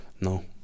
No